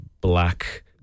black